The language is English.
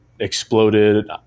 exploded